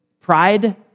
pride